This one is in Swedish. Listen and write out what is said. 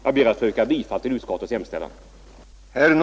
Jag ber att få yrka bifall till utskottets hemställan.